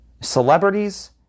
celebrities